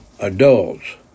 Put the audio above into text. adults